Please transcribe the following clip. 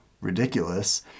ridiculous